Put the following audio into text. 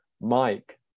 Mike